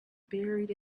buried